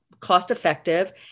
cost-effective